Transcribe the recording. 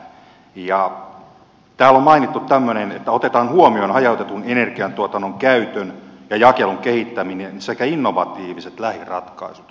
täällä on mainittu tämmöinen että otetaan huomioon hajautetun energiantuotannon käytön ja jakelun kehittäminen sekä innovatiiviset lähiratkaisut